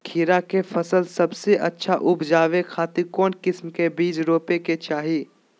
खीरा के फसल सबसे अच्छा उबजावे खातिर कौन किस्म के बीज रोपे के चाही?